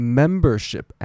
membership